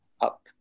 up